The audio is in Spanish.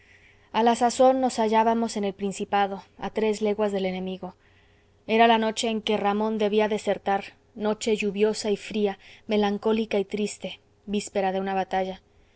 a la sazón nos hallábamos en el principado a tres leguas del enemigo era la noche en que ramón debía desertar noche lluviosa y fría melancólica y triste víspera de una batalla